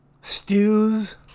Stews